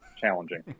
challenging